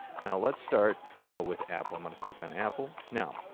now, let's start with apple. i'm going to click on apple. now,